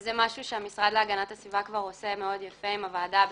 זה משהו שהמשרד להגנת הסביבה כבר עושה מאוד יפה עם הוועדה הבין-משרדית: